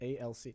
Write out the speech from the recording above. ALC